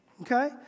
Okay